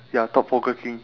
ya thought provoking